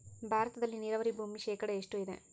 ಭಾರತದಲ್ಲಿ ನೇರಾವರಿ ಭೂಮಿ ಶೇಕಡ ಎಷ್ಟು ಇದೆ?